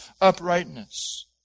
uprightness